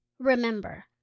Remember